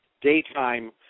daytime